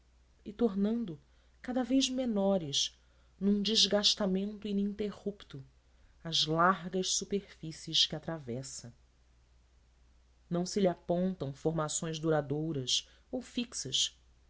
e tornando cada vez menores num desgastamento ininterrupto as largas superfícies que atravessa não se lhe apontam formações duradouras ou fixas